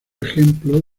ejemplo